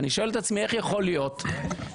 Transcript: ואני שואל את עצמי: איך יכול להיות שבכנסת